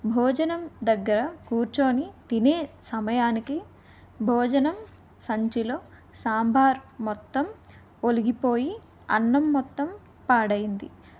భోజనం దగ్గర కూర్చుని తినే సమయానికి భోజనం సంచిలో సాంబార్ మొత్తం ఒలికిపోయి అన్నం మొత్తం పాడైంది